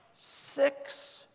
six